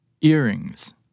Earrings